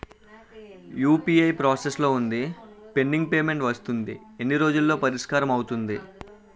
UPI process లో వుంది pending payment వస్తుంది ఎన్ని రోజుల్లో పరిష్కారం అవుతుంది